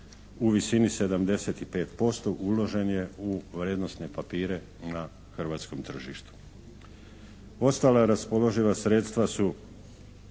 u visini 75% uložen je u vrijednosne papire na hrvatskom tržištu. Ostala raspoloživa sredstva su